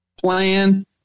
plan